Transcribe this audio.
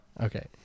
Okay